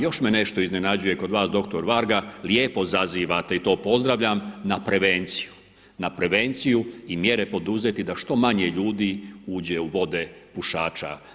Još me nešto iznenađuje kod vas dr. Varga, lijepo zazivate i to pozdravljam na prevenciju, na prevenciju i mjere poduzeti da što manje ljudi uđe u vode pušača.